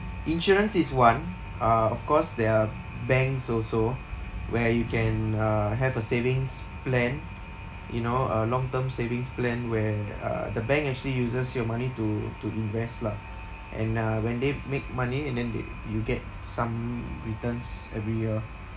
insurance is one uh of course there are banks also where you can uh have a savings plan you know uh long term savings plan where uh the bank actually uses your money to to invest lah and uh when they make money and then they you get some returns every year